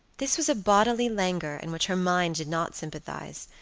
this was a bodily languor in which her mind did not sympathize.